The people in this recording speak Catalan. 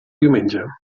diumenge